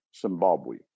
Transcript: Zimbabwe